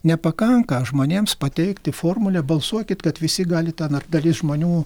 nepakanka žmonėms pateikti formulė balsuokit kad visi gali ten ar dalis žmonių